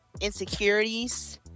insecurities